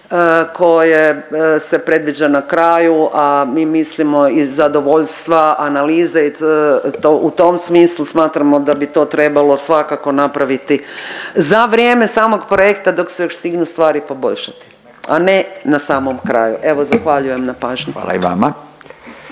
koja se predviđa na kraju, a mi mislimo iz zadovoljstva, analize, u tom smislu smatramo da bi to trebalo svakako napraviti za vrijem samog projekta dok se još stignu stvari poboljšati, a ne na samom kraju. Evo zahvaljujem na pažnji. **Radin,